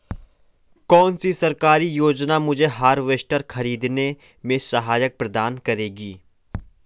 कौन सी सरकारी योजना मुझे हार्वेस्टर ख़रीदने में सहायता प्रदान करेगी?